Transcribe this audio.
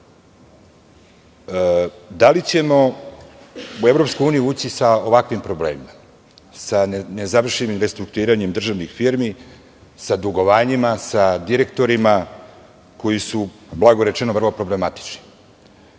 li ćemo u EU ući sa ovakvim problemom, sa nezavršenim restrukturiranjem državnih firmi, sa direktorima koji su, blago rečeno, vrlo problematični. Da